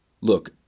Look